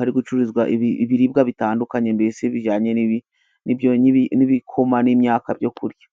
hari gucururizwa ibiribwa bitandukanye, mbese bijyanye n'ibikoma n'imyaka byo kurya.